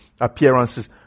appearances